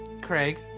Craig